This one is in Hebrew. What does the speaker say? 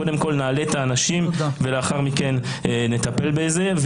קודם כול, נעלה את האנשים ולאחר מכן נטפל בזה.